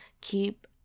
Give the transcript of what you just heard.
keep